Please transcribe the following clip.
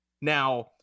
Now